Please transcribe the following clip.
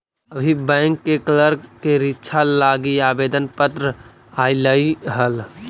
अभी बैंक के क्लर्क के रीक्षा लागी आवेदन पत्र आएलई हल